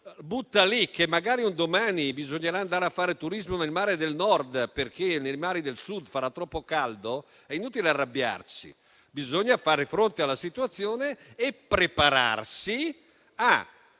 l'idea che magari un domani bisognerà andare a fare turismo nel Mare del Nord perché nei mari del Sud farà troppo caldo, è inutile arrabbiarsi. Bisogna fare fronte alla situazione e prepararsi a